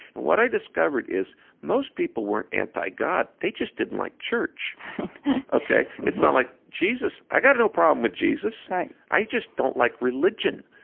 and what i discovered is most people weren't anti-god. they just didn't like church right ok? it's not like, jesus i got no problem with jesus right i just don't like religion.